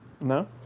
No